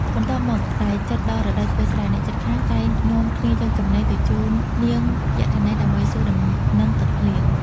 បន្ទាប់មក តែជិតដល់រដូវធ្វើស្រែ អ្នកជិតខាង តែងនាំគ្នាយកចំណីទៅជូននាង យក្ខិនី ដើម្បីសួរដំណឹងទឹកភ្លៀង។